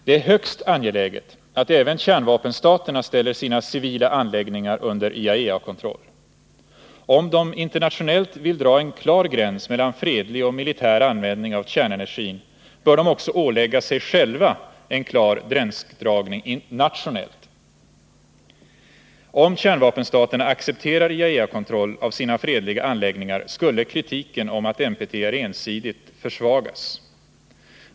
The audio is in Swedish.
Det är högst angeläget att även kärnvapenstaterna ställer sina civila anläggningar under IAEA-kontroll. Om de internationellt vill dra en klar gräns mellan fredlig och militär användning av kärnenergin, bör de också ålägga sig själva en klar gränsdragning nationellt. Om kärnvapenstaterna accepterar IAEA-kontroll av sina fredliga anläggningar skulle kritiken om att NPT är ensidigt försvagas.